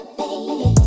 baby